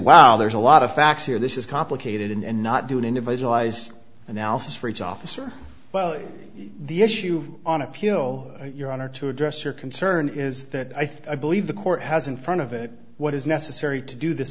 wow there's a lot of facts here this is complicated and not do an individualized analysis for each officer well the issue on appeal your honor to address your concern is that i think believe the court has in front of it what is necessary to do this